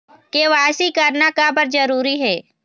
KYC करना का बर जरूरी हे?